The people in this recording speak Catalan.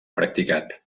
practicat